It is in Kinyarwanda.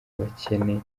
abakene